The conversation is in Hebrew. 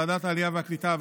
ועדת העלייה והקליטה,